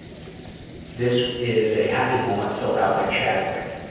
this is a happy moment filled out by chadwick.